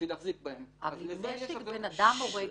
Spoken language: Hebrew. להחזיק בהם -- אבל נשק הורג.